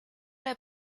der